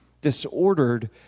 disordered